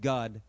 God